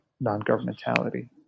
non-governmentality